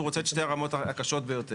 הוא רוצה את שתי הרמות הקשות ביותר.